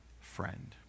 friend